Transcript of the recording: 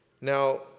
Now